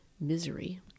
misery